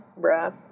Bruh